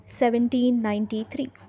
1793